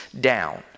down